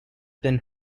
been